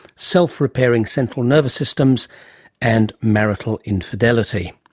self-repairing central nervous systems and marital infidelity.